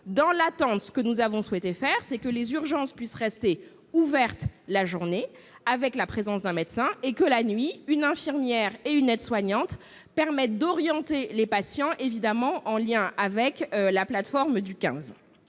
Dans l'attente, nous avons souhaité que les urgences puissent rester ouvertes la journée, avec la présence d'un médecin, et que la nuit, une infirmière et une aide-soignante soient en mesure d'orienter les patients, évidemment en lien avec la plateforme du 15.